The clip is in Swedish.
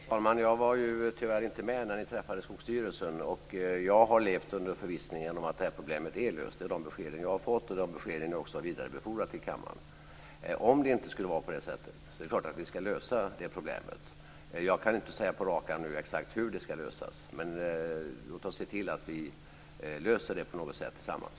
Fru talman! Jag var tyvärr inte med när ni träffade Skogsstyrelsen. Jag har levt under förvissningen att det här problemet är löst. Det är det besked som jag har fått och som jag också har vidarebefordrat till kammaren. Om det inte skulle vara på det sättet är det klart att vi ska lösa det problemet. Jag kan nu inte på rak arm säga exakt hur det ska lösas, men låt oss se till att vi löser det på något sätt tillsammans.